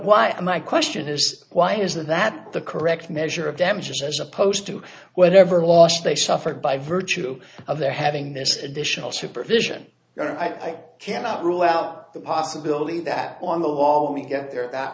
and my question is why isn't that the correct measure of damages as opposed to whatever loss they suffered by virtue of their having this additional supervision i cannot rule out the possibility that on the law we get there that